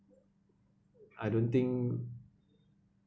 I don't think